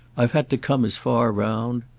i've had to come as far round.